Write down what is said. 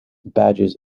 badges